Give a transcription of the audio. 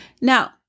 Now